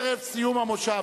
ערב סיום המושב,